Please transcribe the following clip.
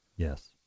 Yes